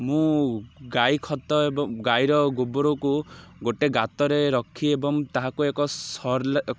ମୁଁ ଗାଈ ଖତ ଏବଂ ଗାଈର ଗୋବରକୁ ଗୋଟେ ଗାତରେ ରଖି ଏବଂ ତାହାକୁ ଏକ